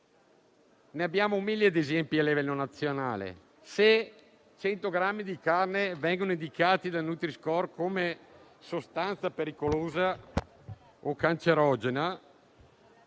Abbiamo mille esempi a livello nazionale: se 100 grammi di carne vengono indicati dal nutri-score come sostanza pericolosa o cancerogena,